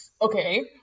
Okay